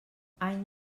any